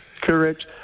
Correct